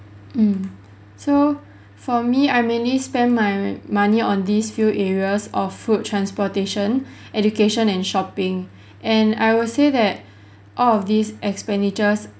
mm so for me I mainly spend my money on these few areas of food transportation education and shopping and I will say that all of these expenditures